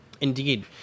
Indeed